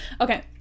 Okay